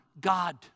God